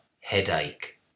headache